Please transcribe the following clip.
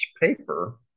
paper